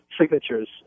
signatures